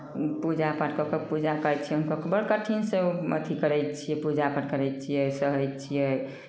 पूजा पाठ कऽ कऽ पूजा करै छियै हम बड़ कठिनसँ अथि करै छियै पूजा पाठ करै छियै सहै छियै